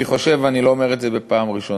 אני חושב, ואני לא אומר את זה בפעם הראשונה,